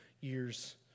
years